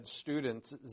students